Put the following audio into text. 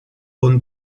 von